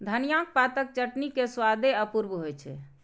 धनियाक पातक चटनी के स्वादे अपूर्व होइ छै